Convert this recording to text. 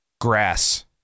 Grass